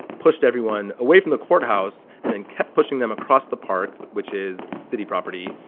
pushed everyone away from the courthouse and then kept pushing them across the park, which is city property,